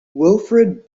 wilfrid